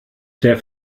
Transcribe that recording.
der